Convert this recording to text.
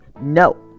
no